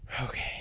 Okay